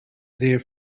their